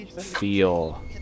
feel